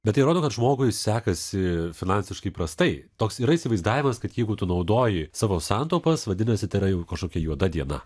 bet tai rodo kad žmogui sekasi finansiškai prastai toks yra įsivaizdavimas kad jeigu tu naudoji savo santaupas vadinasi tai yra jau kažkokia juoda diena